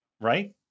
right